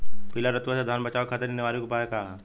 पीला रतुआ से धान बचावे खातिर निवारक उपाय का ह?